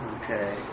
Okay